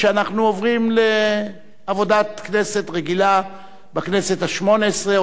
שאנחנו עוברים לעבודת כנסת רגילה בכנסת השמונה-עשרה,